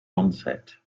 onset